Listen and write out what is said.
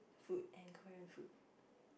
food and Korean food